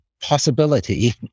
possibility